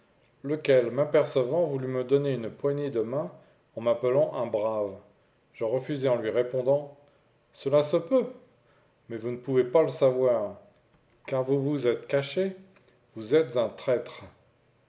lequel m'apercevant voulut me donner une poignée de main en m'appelant un brave je refusai en lui répondant cela se peut mais vous ne pouvez pas le savoir car vous vous êtes caché vous êtes un traître